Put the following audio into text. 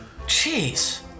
Jeez